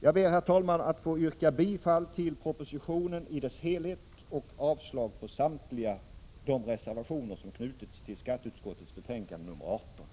Jag ber att få yrka bifall till propositionen i dess helhet och avslag på samtliga de reservationer som knutits till skatteutskottets betänkande nr 18.